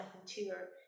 interior